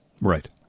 Right